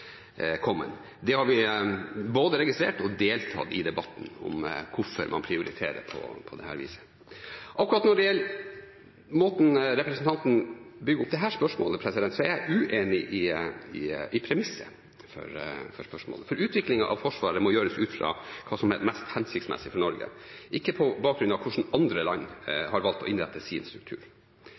Det har vi registrert, og vi har deltatt i debatten om hvorfor man prioriterer på dette viset. Når det gjelder måten representanten bygger opp dette spørsmålet på, er jeg uenig i premisset for spørsmålet, for utviklingen av Forsvaret må gjøres ut fra hva som er mest hensiktsmessig for Norge – ikke på bakgrunn av hvordan andre land har valgt å innrette sin struktur.